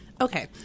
Okay